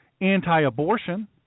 anti-abortion